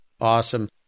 Awesome